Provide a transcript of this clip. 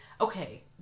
okay